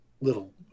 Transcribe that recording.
little